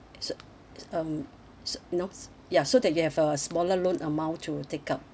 so um so you know ya so that you have a smaller loan amount to take up